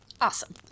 Awesome